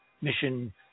mission